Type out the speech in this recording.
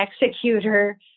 executor